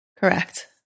correct